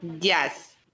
Yes